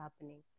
happening